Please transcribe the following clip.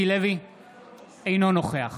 אינו נוכח